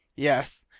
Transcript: yes!